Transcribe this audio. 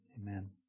Amen